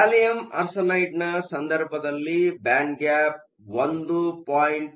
gallium ಆರ್ಸೆನೈಡ್ನ ಸಂದರ್ಭದಲ್ಲಿ band gap 1